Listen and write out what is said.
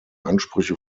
ansprüche